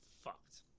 fucked